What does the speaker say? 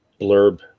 blurb